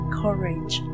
courage